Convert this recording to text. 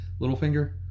Littlefinger